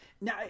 Now